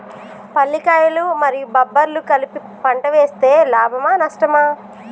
పల్లికాయలు మరియు బబ్బర్లు కలిపి పంట వేస్తే లాభమా? నష్టమా?